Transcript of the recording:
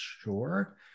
sure